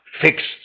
fixed